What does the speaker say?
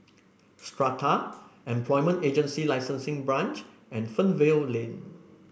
Strata Employment Agency Licensing Branch and Fernvale Lane